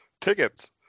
tickets